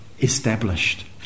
established